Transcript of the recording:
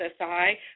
SSI